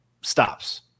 stops